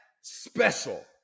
special